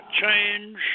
change